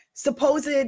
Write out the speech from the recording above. Supposed